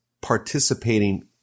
participating